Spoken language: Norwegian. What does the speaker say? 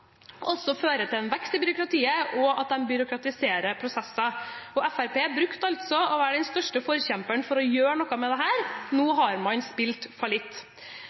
også fører til vekst i byråkratiet, og at de byråkratiserer prosesser. Fremskrittspartiet pleide altså å være den største forkjemperen for å gjøre noe med dette. Nå har man spilt fallitt.